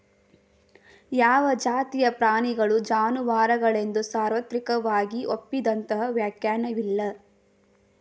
ಯಾವ ಜಾತಿಯ ಪ್ರಾಣಿಗಳು ಜಾನುವಾರುಗಳೆಂದು ಸಾರ್ವತ್ರಿಕವಾಗಿ ಒಪ್ಪಿದಂತಹ ವ್ಯಾಖ್ಯಾನವಿಲ್ಲ